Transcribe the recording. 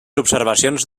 observacions